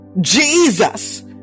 Jesus